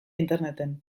interneten